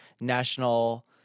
national